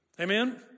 Amen